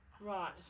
Right